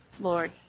Lord